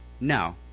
no